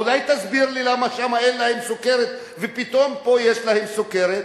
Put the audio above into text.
אולי תסביר לי למה שם אין להם סוכרת ופתאום פה יש להם סוכרת?